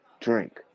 drink